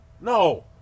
No